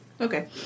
Okay